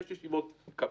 יש ישיבות קבינט,